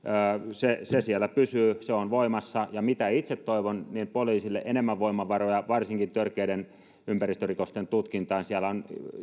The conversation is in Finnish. se se pysyy siellä se on voimassa ja mitä itse toivon niin poliisille enemmän voimavaroja varsinkin törkeiden ympäristörikosten tutkintaan siellä on